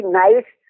nice